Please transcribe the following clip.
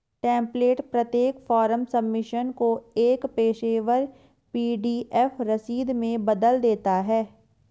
template प्रत्येक form submission को एक पेशेवर पी.डी.एफ रसीद में बदल देता है